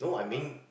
what